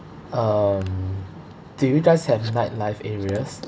um do you guys have nightlife areas